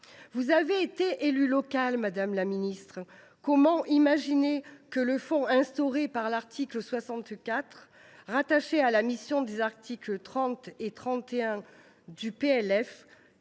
Vous avez été élue locale, madame la ministre. Comment imaginer que le fonds instauré par l’article 64, rattaché à la mission des articles 30 et 31 du PLF